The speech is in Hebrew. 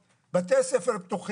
העיתונאית סיוון רהב מאיר כתבה פוסט: